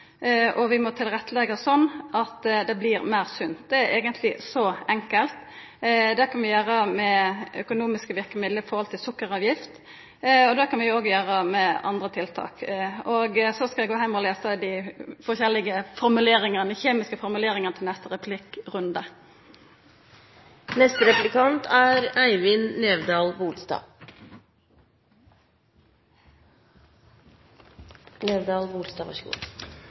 og vi må tilretteleggja slik at det blir meir sunt. Det er eigentleg så enkelt. Det kan vi gjera med økonomiske verkemiddel som sukkeravgift, og vi kan òg gjera det med andre tiltak. – Så skal eg gå heim og lesa dei forskjellige kjemiske formuleringane til neste